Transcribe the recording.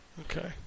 Okay